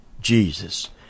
Jesus